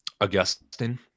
Augustine